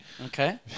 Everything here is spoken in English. Okay